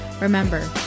Remember